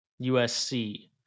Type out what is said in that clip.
USC